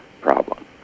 problem